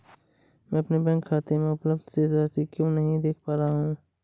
मैं अपने बैंक खाते में उपलब्ध शेष राशि क्यो नहीं देख पा रहा हूँ?